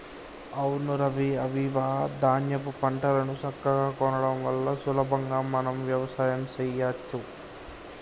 అవును రవి ఐవివ ధాన్యాపు పంటలను సక్కగా కొనడం వల్ల సులభంగా మనం వ్యవసాయం సెయ్యచ్చు